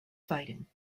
fighting